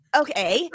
okay